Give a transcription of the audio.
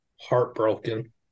Heartbroken